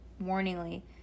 warningly